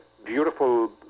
beautiful